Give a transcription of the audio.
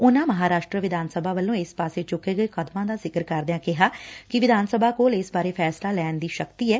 ਉਨਾਂ ਮਹਾਰਾਸ਼ਟਰ ਵਿਧਾਨ ਸਭਾ ਵੱਲੋਂ ਇਸ ਪਾਸੇ ਚੁੱਕੇ ਗਏ ਕਦਮਾਂ ਦਾ ਜ਼ਕਰ ਕਰਦਿਆਂ ਕਿਹਾ ਕਿ ਵਿਧਾਨ ਸਭਾ ਕੋਲ ਇਸ ਬਾਰੇ ਫੈਸਲਾ ਲੈਣ ਦੀ ਸ਼ਕਤੀ ਐ